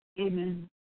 Amen